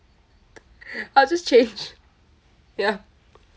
I'll just change ya